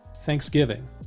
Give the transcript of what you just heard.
Thanksgiving